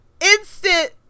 instant